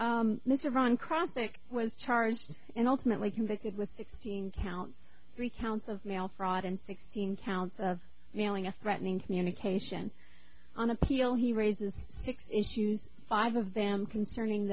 that was charged and ultimately convicted with sixteen counts three counts of mail fraud and sixteen counts of mailing a threatening communication on appeal he raises six issues five of them concerning